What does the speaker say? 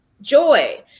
joy